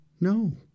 No